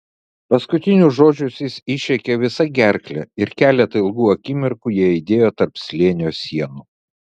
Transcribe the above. paskutinius žodžius jis išrėkė visa gerkle ir keletą ilgų akimirkų jie aidėjo tarp slėnio sienų